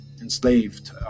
enslaved